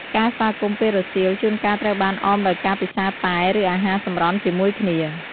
ការស្វាគមន៍ពេលរសៀល ជួនកាលត្រូវបានអមដោយការពិសារតែ ឬអាហារសម្រន់ជាមួយគ្នា។